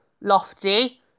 Lofty